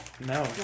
No